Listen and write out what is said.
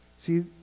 See